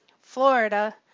Florida